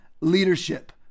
leadership